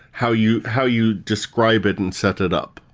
how you how you describe it and set it up?